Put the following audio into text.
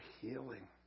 healing